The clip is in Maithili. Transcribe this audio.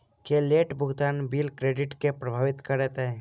की लेट भुगतान बिल क्रेडिट केँ प्रभावित करतै?